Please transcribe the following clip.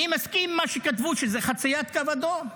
אני מסכים עם מה שכתבו, שזה חציית קו אדום.